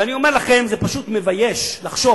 ואני אומר לכם: זה פשוט מבייש לחשוב